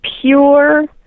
pure